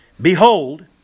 Behold